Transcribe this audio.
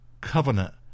covenant